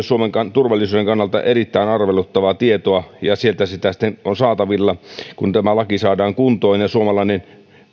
suomen turvallisuuden kannalta erittäin arveluttavaa tietoa ja sieltä sitä sitten on saatavilla kunnes tämä laki saadaan kuntoon ja suomalainen